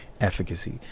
Efficacy